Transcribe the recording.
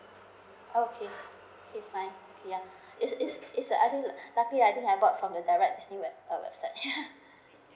okay okay fine ya it's it's a luckily I think I bought from the direct disney uh website